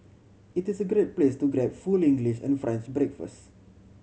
it is a great place to grab full English and French breakfast